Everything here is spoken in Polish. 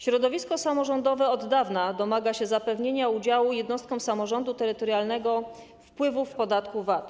Środowisko samorządowe od dawna domaga się zapewnienia udziału jednostkom samorządu terytorialnego wpływu w podatku VAT.